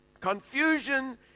confusion